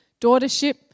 daughtership